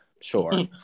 sure